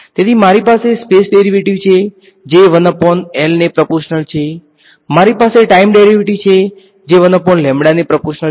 તેથી મારી પાસે સ્પેસ ડેરિવેટિવ છે જે 1L ને પ્રપોર્શનલ છે મારી પાસે ટાઈમ ડેરિવેટિવ છે જે ને પ્રપોર્શનલ છે